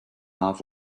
half